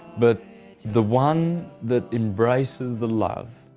but the one that embraces the love,